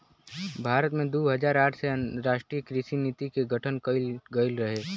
भारत में दू हज़ार आठ में राष्ट्रीय कृषि नीति के गठन कइल गइल रहे